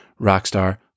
rockstar